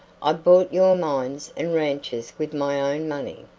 i bought your mines and ranches with my own money.